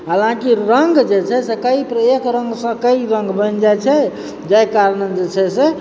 हालाँकि रङ्ग जे छै से कइक एक रङ्गसँ कइ रङ्ग बनि जाइ छै जाहि कारणे जे छै से